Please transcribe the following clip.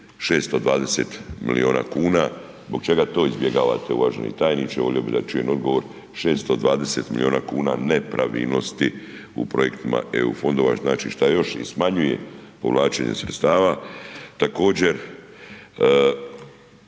620 milijuna kuna, zbog čega to izbjegavate uvaženi tajniče, volio bi da čujem odgovor, 620 milijuna kuna nepravilnosti u projektima EU fondova, znači, šta još i smanjuje povlačenje sredstava? Također,